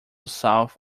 south